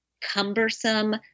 cumbersome